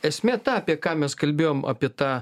esmė ta apie ką mes kalbėjom apie tą